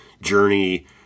Journey